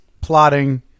plotting